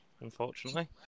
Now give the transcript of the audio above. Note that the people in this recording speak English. unfortunately